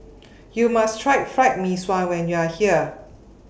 YOU must Try Fried Mee Sua when YOU Are here